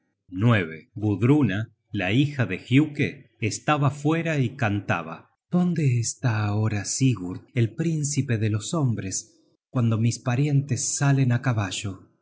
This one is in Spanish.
animoso héroe gudruna la hija de giuke estaba fuera y cantaba dónde está ahora sigurd el príncipe de los hombres cuando mis parientes salen á caballo